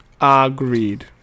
Agreed